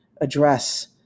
address